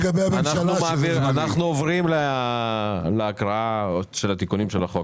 לגבי הממשלה --- אנחנו עוברים להקראה של התיקונים של החוק,